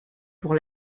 pour